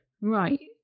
right